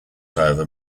however